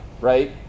Right